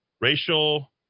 Racial